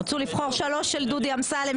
ירצו לבחור שלוש של דודי אמסלם,